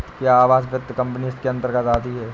क्या आवास वित्त कंपनी इसके अन्तर्गत आती है?